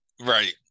Right